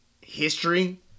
history